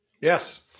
Yes